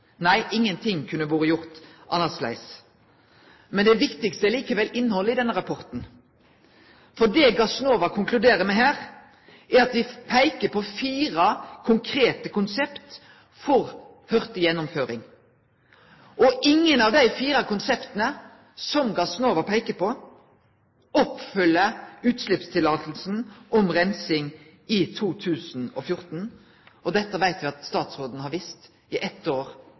Nei, ingenting kunne ha vore gjort annleis. Men det viktigaste er likevel innhaldet i denne rapporten. For det Gassnova konkluderer med her, er fire konkrete konsept for hurtig gjennomføring. Ingen av dei fire konsepta som Gassnova peiker på, oppfyller utsleppsløyvet om reinsing i 2014. Dette veit me at statsråden har visst i eitt år